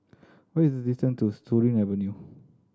what is the distant to Surin Avenue